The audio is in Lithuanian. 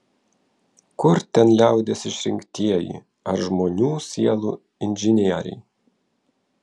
kur ten liaudies išrinktieji ar žmonių sielų inžinieriai